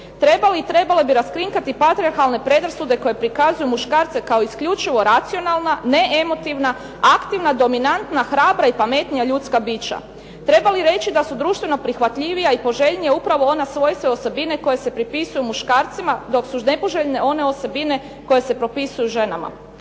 Trebale i trebali bi raskrinkati patrijarhalne predrasude koje prikazuju muškarce kao isključivo racionalna, neemotivna, aktivna, dominantna, hrabra i pametnija ljudska bića. Treba li reći da su društvena prihvatljivija i poželjnija upravo ona svojstva i osobine koja se pripisuju muškarcima dok su nepoželjne one osobine koje se propisuju ženama.